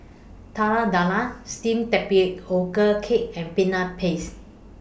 Telur Dadah Steamed Tapioca Cake and Peanut Paste